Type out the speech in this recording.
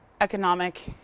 economic